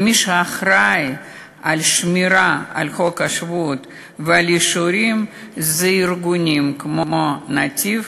מי שאחראי לשמירה על חוק השבות ועל אישורים זה ארגונים כמו "נתיב",